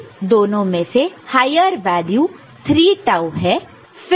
इन दोनों में higher value 3 tau है